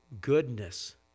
goodness